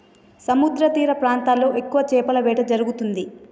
సముద్రతీర ప్రాంతాల్లో ఎక్కువ చేపల వేట జరుగుతుంది